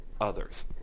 others